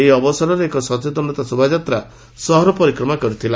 ଏହି ଅବସରରେ ଏକ ସଚେତନତା ଶୋଭାଯାତ୍ରା ସହର ପରିକ୍ରମା କରିଥିଲା